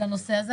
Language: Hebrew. לנושא הזה.